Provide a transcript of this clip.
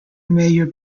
mayer